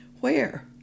Where